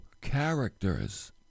characters